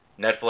Netflix